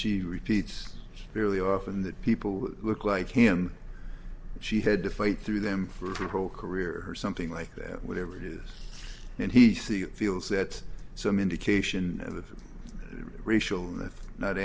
she repeats fairly often that people who look like him she had to fight through them for a pro career or something like that whatever it is and he's the feels that some indication of racial